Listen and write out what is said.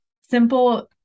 simple